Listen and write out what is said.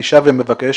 אני שב ומבקש,